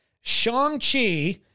Shang-Chi